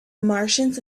martians